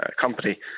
company